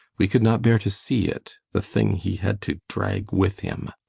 we could not bear to see it the thing he had to drag with him